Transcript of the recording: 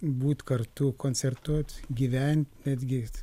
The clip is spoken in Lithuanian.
būt kartu koncertuot gyvent netgi